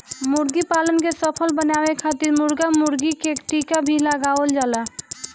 मुर्गीपालन के सफल बनावे खातिर मुर्गा मुर्गी के टीका भी लगावल जाला